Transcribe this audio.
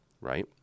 right